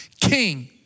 king